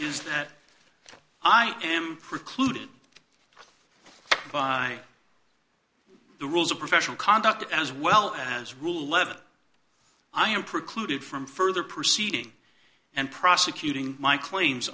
is that i am precluded by the rules of professional conduct as well as rule level i am precluded from further proceeding and prosecuting my claims